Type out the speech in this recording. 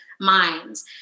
minds